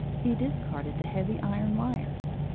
he discarded the heavy iron wires.